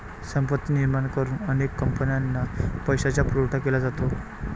संपत्ती निर्माण करून अनेक कंपन्यांना पैशाचा पुरवठा केला जातो